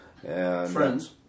Friends